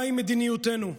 מהי מדיניותנו?